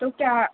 تو کیا